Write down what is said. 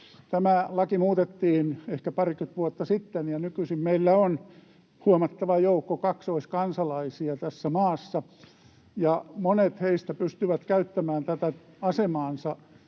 Tämä laki muutettiin ehkä parikymmentä vuotta sitten, ja nykyisin meillä on huomattava joukko kaksoiskansalaisia tässä maassa, ja monet heistä pystyvät käyttämään tätä asemaansa